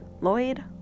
Lloyd